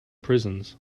prisons